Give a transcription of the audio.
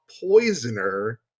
Poisoner